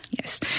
yes